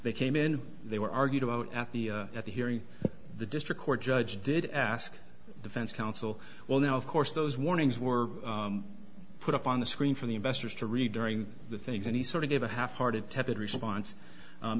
they came in they were argued about at the at the hearing the district court judge did ask defense counsel well now of course those warnings were put up on the screen for the investors to read during the things and he sort of gave a half hearted tepid response